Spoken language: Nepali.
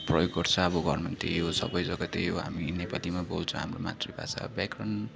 प्रयोग गर्छ अब घरमा पनि त्यही हो सबै जग्गा त्यही हो हामी नेपालीमा बोल्छौँ हाम्रो मातृभाषा व्याकरण